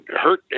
hurt